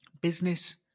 business